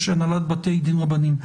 יש הנהלת בתי דין רבניים.